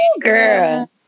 girl